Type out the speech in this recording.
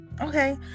okay